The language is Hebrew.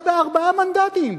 אתה בארבעה מנדטים.